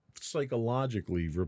psychologically